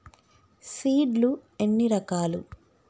Seed లు ఎన్ని రకాలు?